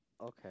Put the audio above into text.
Okay